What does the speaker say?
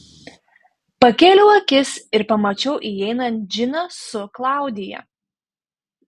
pakėliau akis ir pamačiau įeinant džiną su klaudija